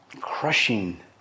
crushing